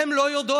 הן לא יודעות.